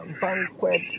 banquet